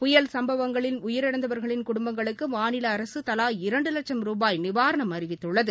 புயல் சம்பவங்களில் உயிரிழந்தவர்களின் குடும்பங்களுக்கு மாநில அரசு தலா இரண்டு வட்சம் ருபாய் நிவாரணம் அறிவித்துள்ளது